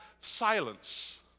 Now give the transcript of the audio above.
silence